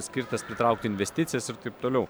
skirtas pritraukti investicijas ir taip toliau